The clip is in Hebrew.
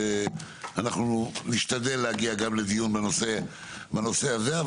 אנחנו נשתדל להגיע גם לדיון בנושא הזה.